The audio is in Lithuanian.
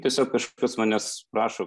tiesiog kažkas manęs prašo